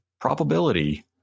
probability